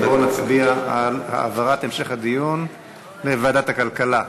בואו נצביע על העברת המשך הדיון לוועדת הכלכלה.